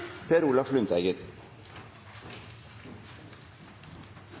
Per Olaf Lundteigen